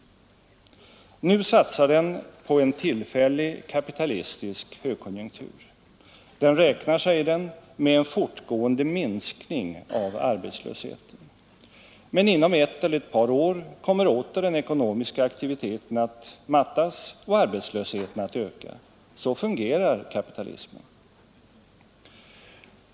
Nu satsar den på en tillfällig kapitalistisk högkonjunktur. Den räknar med ”en fortgående minskning av arbetslösheten”. Men inom ett eller ett par år kommer åter den ekonomiska aktiviteten att mattas och arbetslösheten att öka. Så fungerar kapitalismen.